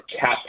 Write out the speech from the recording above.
cap